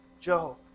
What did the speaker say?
Joe